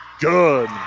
good